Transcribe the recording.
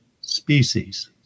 species